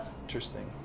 interesting